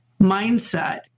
mindset